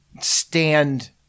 stand